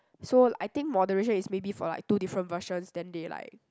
so I think moderation is maybe for like two different versions then they like